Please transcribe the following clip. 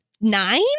Nine